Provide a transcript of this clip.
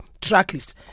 tracklist